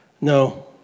No